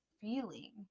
feeling